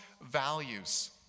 values